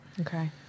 Okay